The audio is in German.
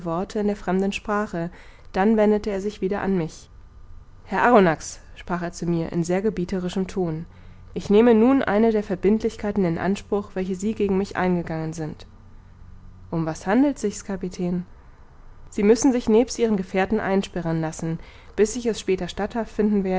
in der fremden sprache dann wendete er sich wieder an mich herr arronax sprach er zu mir in sehr gebieterischem ton ich nehme nun eine der verbindlichkeiten in anspruch welche sie gegen mich eingegangen sind um was handelt sich's kapitän sie müssen sich nebst ihren gefährten einsperren lassen bis ich es später